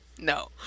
No